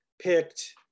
picked